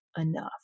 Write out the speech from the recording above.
enough